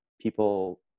people